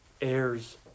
heirs